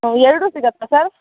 ಹ್ಞೂ ಎರಡೂ ಸಿಗುತ್ತ ಸರ್